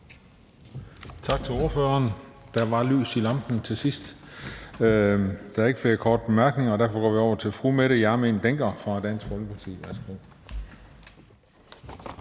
Tak til ordføreren. Der er ikke flere korte bemærkninger, og derfor går vi over til fru Mette Hjermind Dencker fra Dansk Folkeparti.